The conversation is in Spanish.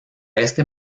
este